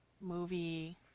movie